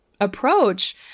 approach